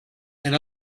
and